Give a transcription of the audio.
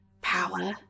power